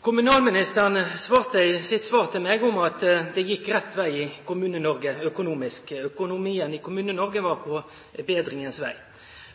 Kommunalministeren sa i sitt svar til meg at det gikk rett veg økonomisk i Kommune-Noreg. Økonomien i Kommune-Noreg er på betringas veg.